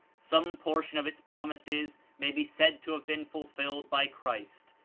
some portion of its promises may be said to have been fulfilled by christ,